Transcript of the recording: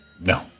No